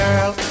Girl